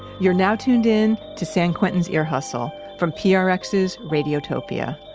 you're now tuned in to san quentin's ear hustle from prx's radiotopia.